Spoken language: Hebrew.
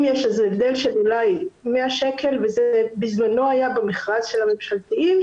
אם יש איזה הבדל של אולי 100 שקלים וזה בזמנו היה במכרז של הממשלתיים,